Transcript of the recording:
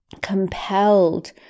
compelled